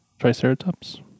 Triceratops